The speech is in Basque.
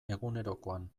egunerokoan